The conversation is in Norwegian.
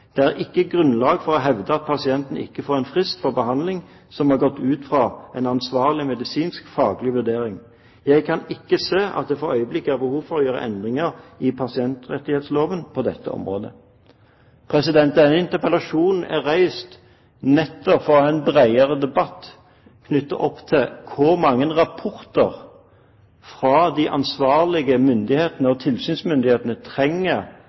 «Det er ikke grunnlag for å hevde at pasientene ikke får en frist for behandling som er gått ut fra en ansvarlig medisinsk-faglig vurdering. Jeg kan ikke se at det for øyeblikket er behov for å gjøre endringer i pasientrettighetsloven på dette området.» Denne interpellasjonen er reist nettopp for å ha en bredere debatt om hvor mange rapporter fra de ansvarlige myndighetene og tilsynsmyndighetene en helseminister fra Arbeiderpartiet trenger